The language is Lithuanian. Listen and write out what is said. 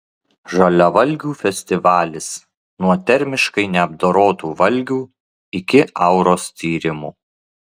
žaliavalgių festivalis nuo termiškai neapdorotų valgių iki auros tyrimų